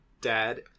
dad